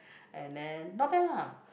and then not bad lah